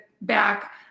back